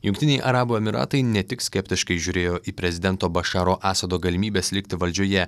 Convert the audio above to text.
jungtiniai arabų emyratai ne tik skeptiškai žiūrėjo į prezidento bašaro asado galimybes likti valdžioje